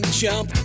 jump